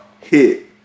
hit